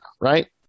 right